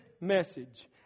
message